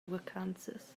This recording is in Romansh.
vacanzas